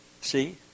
See